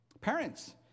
Parents